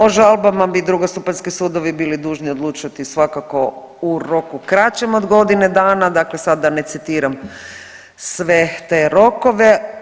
O žalbama bi drugostupanjski sudovi bili dužni odlučiti svakako u roku kraćem od godine dana, dakle sad da ne citiram sve te rokove.